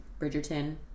Bridgerton